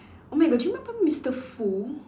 oh my god you remember Mister Foo